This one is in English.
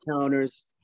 counters